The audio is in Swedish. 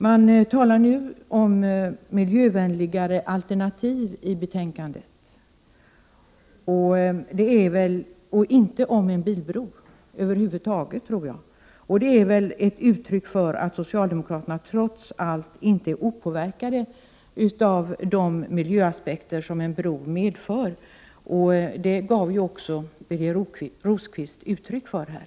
Man talar nu i betänkandet om miljövänligare alternativ och över huvud taget inte om en bilbro, tror jag, och det är väl ett uttryck för att socialdemokraterna trots allt inte är opåverkade av de miljökonsekvenser som en bro har. Detta gav också Birger Rosqvist uttryck för här.